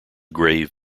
grave